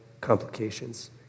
complications